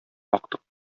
актык